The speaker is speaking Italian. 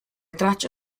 tracce